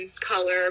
color